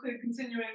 continuing